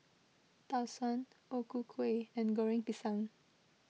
Tau Suan O Ku Kueh and Goreng Pisang